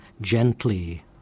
gently